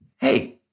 Hey